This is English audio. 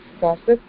gossip